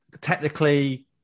Technically